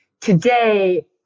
today